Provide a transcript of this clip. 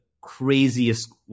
craziest